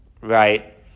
right